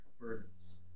burdens